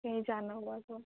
کہیں جانا ہُوا تو